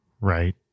right